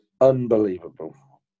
Unbelievable